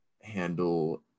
handle